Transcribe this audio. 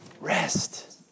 rest